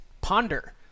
ponder